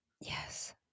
Yes